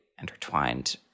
intertwined